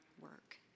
work